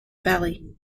valley